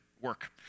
work